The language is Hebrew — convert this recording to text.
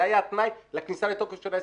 זה היה התנאי לכניסה לתוקף של ההסכם.